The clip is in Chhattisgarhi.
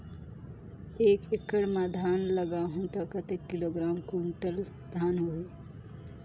एक एकड़ मां धान लगाहु ता कतेक किलोग्राम कुंटल धान होही?